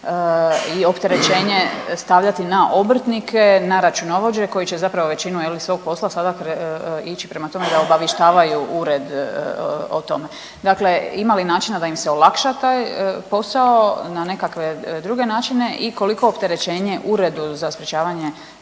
i opterećenje stavljati na obrtnike, na računovođe koji će zapravo većinu svog posla sada ić prema tome da obavještavaju ured o tome. Dakle, ima li načina da im se olakša taj posao na nekakve druge načine i koliko opterećenje Uredbu za sprječavanje